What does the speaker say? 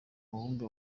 mubumbe